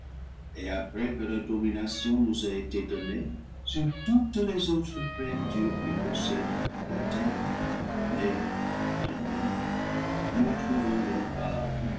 et après que la domi nation nous a été donnée sur toutes les autres créatures qui pos sèdent la terre l'air et la mer ne trouvons donc pas